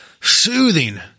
soothing